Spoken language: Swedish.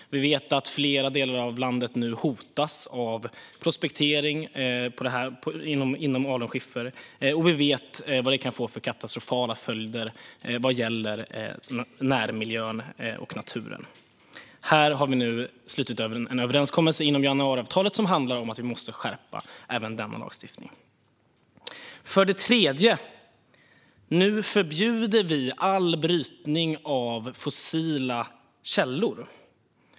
Flera delar av landet hotas nu av prospektering av alunskiffer. Vi vet också vilka katastrofala följder brytning av alunskiffer kan få för närmiljön och naturen. Vi har slutit en överenskommelse inom januariavtalet om att skärpa även den lagstiftningen. För det tredje förbjuder vi nu all brytning av fossila källor.